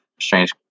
strange